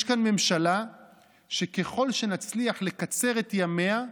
יש כאן ממשלה שככל שנצליח לקצר את ימיה,